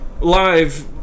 live